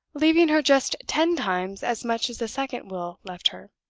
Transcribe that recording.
leaving her just ten times as much as the second will left her.